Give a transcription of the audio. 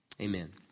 Amen